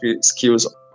skills